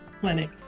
clinic